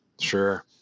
sure